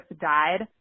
died